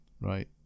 Right